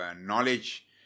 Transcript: knowledge